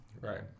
Right